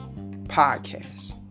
podcast